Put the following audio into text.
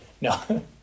No